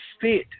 fit